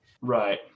Right